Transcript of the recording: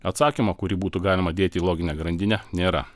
atsakymą kurį būtų galima dėti į loginę grandinę nėra